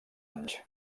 anys